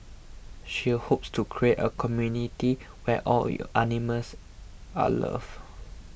she hopes to create a community where all animals are loved